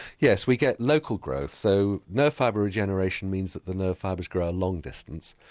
yes, we get local growth so nerve fibre regeneration means that the nerve fibres grow a long distance,